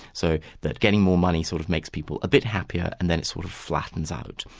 so that getting more money sort of makes people a bit happier, and then it sort of flattens out.